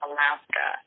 Alaska